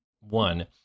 one